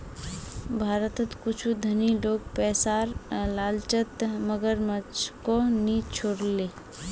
भारतत कुछू धनी लोग पैसार लालचत मगरमच्छको नि छोड ले